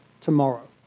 tomorrow